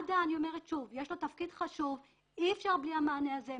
למד"א יש תפקיד חשוב, ואי אפשר בלי המענה הזה.